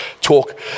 talk